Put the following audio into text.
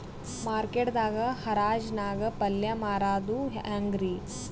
Market ದಾಗ್ ಹರಾಜ್ ನಾಗ್ ಪಲ್ಯ ಮಾರುದು ಹ್ಯಾಂಗ್ ರಿ?